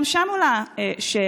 גם שם עולה שאלה,